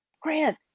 Grant